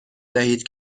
دهید